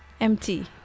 empty